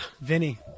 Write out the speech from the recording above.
Vinny